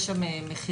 יש שם מחירים